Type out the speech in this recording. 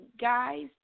guys